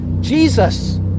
jesus